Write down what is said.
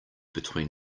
between